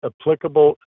applicable